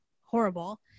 horrible